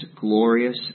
glorious